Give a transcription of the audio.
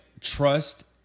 trust